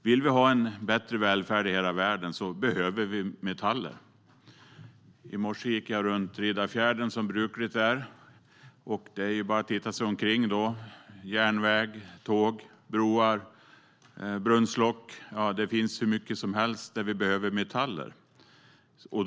Vill vi ha bättre välfärd i hela världen behöver vi metaller.I morse gick jag runt Riddarfjärden, som brukligt är. Det räcker med att titta sig omkring där. Där finns järnväg, tåg, broar och brunnslock. Ja, det finns hur mycket som helst som vi behöver metaller till.